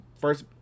first